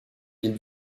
ville